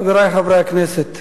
חברי חברי הכנסת,